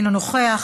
אינו נוכח,